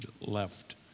left